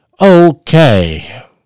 Okay